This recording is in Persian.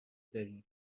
داریم